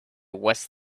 was